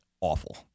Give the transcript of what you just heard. awful